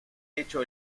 hecho